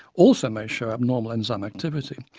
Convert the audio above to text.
also may show abnormal enzyme activity,